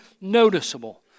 noticeable